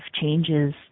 changes